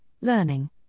learning